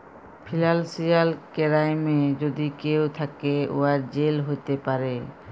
financial কেরাইমে যদি কেউ থ্যাকে, উয়ার জেল হ্যতে পারে